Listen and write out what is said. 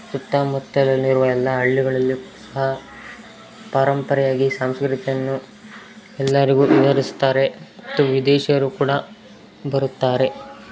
ಸುತ್ತಮುತ್ತದಲ್ಲಿರುವ ಎಲ್ಲ ಹಳ್ಳಿಗಳಲ್ಲಿಯೂ ಸಹ ಪರಂಪರೆಯಾಗಿ ಸಂಸ್ಕೃತಿಯನ್ನು ಎಲ್ಲರಿಗೂ ವಿವರಿಸ್ತಾರೆ ಮತ್ತು ವಿದೇಶಿಯರು ಕೂಡ ಬರುತ್ತಾರೆ